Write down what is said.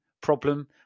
problem